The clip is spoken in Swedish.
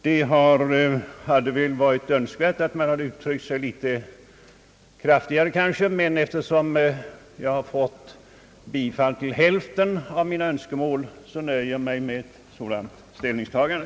Det hade kanske varit önskvärt att komma med något positivt förslag, men eftersom mina önskemål blivit till hälften tillgodosedda, nöjer jag mig med ett sådant ställningstagande.